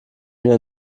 mir